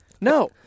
No